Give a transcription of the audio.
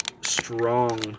strong